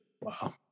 Wow